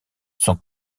sont